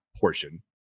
portion